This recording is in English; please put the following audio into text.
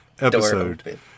episode